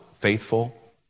faithful